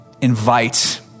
invite